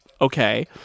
okay